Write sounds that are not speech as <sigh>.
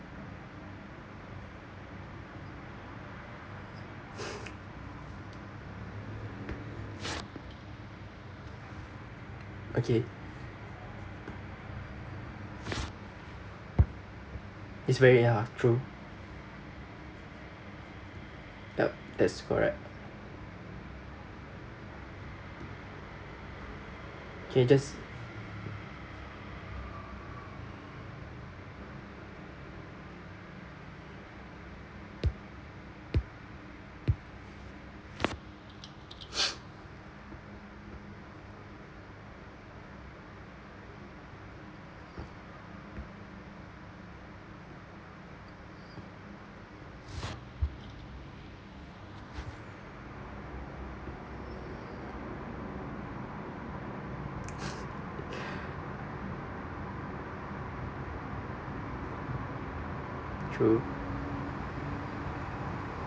<breath> okay it's very ya true yup that's correct okay just <breath> true